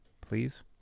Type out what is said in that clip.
please